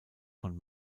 von